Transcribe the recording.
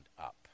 up